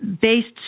based